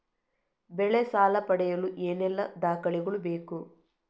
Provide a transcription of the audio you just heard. ಬೆಳೆ ಸಾಲ ಪಡೆಯಲು ಏನೆಲ್ಲಾ ದಾಖಲೆಗಳು ಬೇಕು?